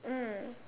mm